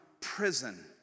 prison